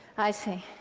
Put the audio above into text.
i see.